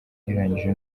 ugereranyije